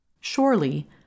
Surely